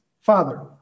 father